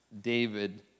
David